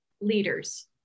leaders